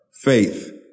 faith